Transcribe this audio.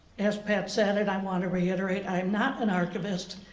as pat said, and i want to reiterate, i'm not an archivist.